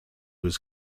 was